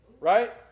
Right